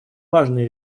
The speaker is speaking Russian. важное